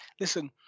listen